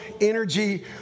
Energy